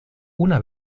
una